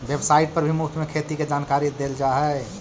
website पर भी मुफ्त में खेती के जानकारी देल जा हई